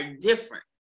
different